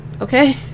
Okay